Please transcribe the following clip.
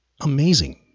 Amazing